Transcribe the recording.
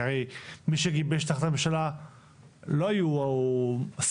כי הרי מי שגיבש את החלטת הממשלה לא היו שרפים,